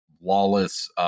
lawless